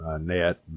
net